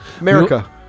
America